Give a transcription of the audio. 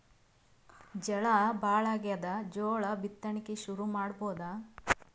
ಝಳಾ ಭಾಳಾಗ್ಯಾದ, ಜೋಳ ಬಿತ್ತಣಿಕಿ ಶುರು ಮಾಡಬೋದ?